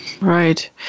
Right